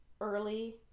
early